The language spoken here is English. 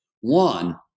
one